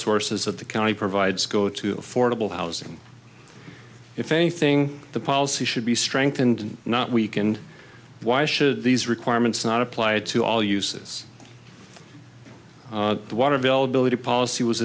sources that the county provides go to affordable housing if anything the policy should be strengthened not weakened why should these requirements not apply to all uses the water availability policy was